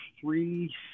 three